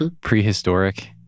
Prehistoric